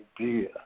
idea